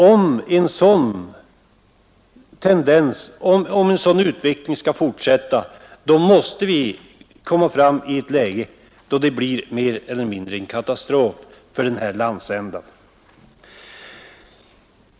Om en sådan utveckling skall fortsätta måste denna landsända hamna i ett läge som mer eller mindre kan betecknas som en katastrof.